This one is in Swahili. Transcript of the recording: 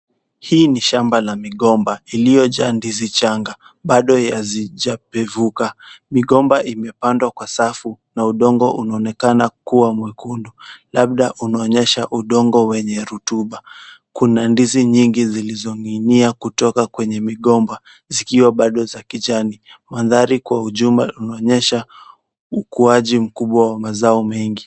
Hii ni shamba la migomba iliyojaa ndizi changa. Bado hazijapevuka. Migomba imepandwa kwa safu na udongo unaonekana kuwa mwekundu. Labda unaonyesha udongo wenye rutuba. Kuna ndizi nyingi zilizoninginia kutoka kwenye migomba zikiwa bado kijani. Mandhari unaonyesha ukuaji mkubwa wa mazao mengi.